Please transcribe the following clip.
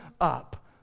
up